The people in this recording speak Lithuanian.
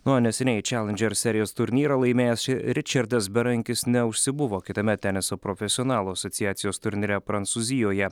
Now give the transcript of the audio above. na o neseniai challengers serijos turnyrą laimėjęs ričardas berankis neužsibuvo kitame teniso profesionalų asociacijos turnyre prancūzijoje